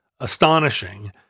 astonishing